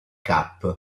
cap